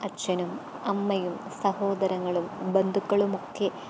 അച്ഛനും അമ്മയും സഹോദരങ്ങളും ബന്ധുക്കളും ഒക്കെ